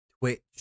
Twitch